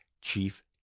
Chief